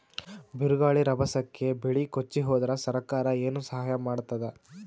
ಬಿರುಗಾಳಿ ರಭಸಕ್ಕೆ ಬೆಳೆ ಕೊಚ್ಚಿಹೋದರ ಸರಕಾರ ಏನು ಸಹಾಯ ಮಾಡತ್ತದ?